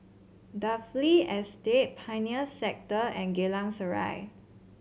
Dalvey Estate Pioneer Sector and Geylang Serai